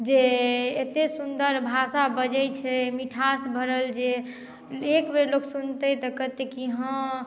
जे एत्ते सुन्दर भाषा बजै छै मिठास भरल जे एक बेर लोग सुनतै तऽ कहतै हॅं